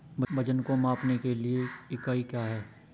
वजन को मापने के लिए इकाई क्या है?